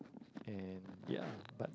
and yeah but